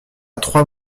trois